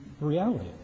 reality